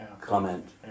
comment